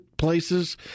Places